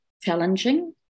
challenging